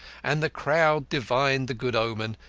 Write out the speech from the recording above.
and the crowd divined the good omen,